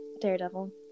Daredevil